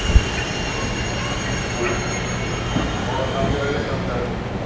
ꯍꯣ ꯊꯝꯖꯔꯒꯦ ꯊꯝꯖꯔꯒꯦ